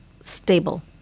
stable